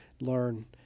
learn